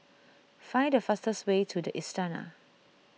find the fastest way to the Istana